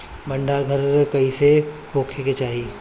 भंडार घर कईसे होखे के चाही?